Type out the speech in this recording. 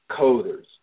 coders